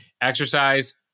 exercise